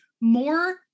more